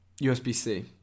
USB-C